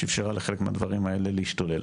שאפשרה לחלק מהדברים האלה להשתולל.